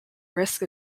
risk